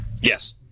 Yes